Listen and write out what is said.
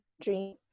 dream